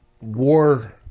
war